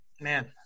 man